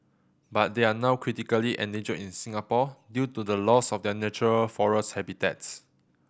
but they are now critically endangered in Singapore due to the loss of their natural forest habitats